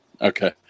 Okay